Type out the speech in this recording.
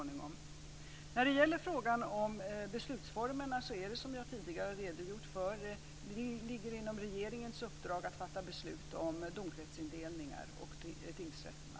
När det gäller frågan om beslutsformerna är det på det sättet, som jag tidigare redogjort för, att det ligger inom regeringens uppdrag att fatta beslut om domkretsindelningar och tingsrätterna.